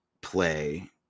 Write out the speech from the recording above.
play